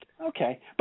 Okay